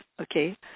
okay